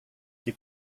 die